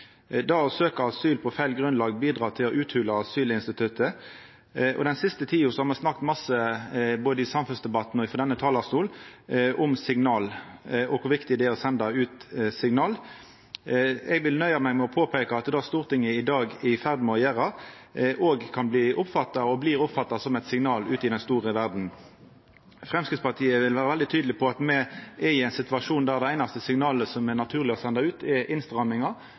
Det å søkja asyl på feil grunnlag bidreg til å uthola asylinstituttet, og den siste tida har me snakka masse, både i samfunnsdebatten og frå denne talarstolen, om signal og om kor viktig det er å senda ut signal. Eg vil nøya meg med å påpeika at det Stortinget i dag er i ferd med å gjera, også kan bli oppfatta – og blir oppfatta – som eit signal ute i den store verda. Framstegspartiet vil vera veldig tydeleg på at me er i ein situasjon der det einaste signalet som er naturleg å senda ut, er innstrammingar,